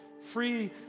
free